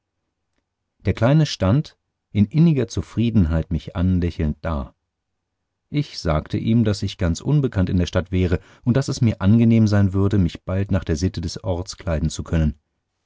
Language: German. der kleine stand in inniger zufriedenheit mich anlächelnd da ich sagte ihm daß ich ganz unbekannt in der stadt wäre und daß es mir angenehm sein würde mich bald nach der sitte des orts kleiden zu können